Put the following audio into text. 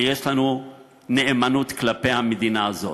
ויש לנו נאמנות כלפי המדינה הזאת.